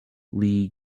lee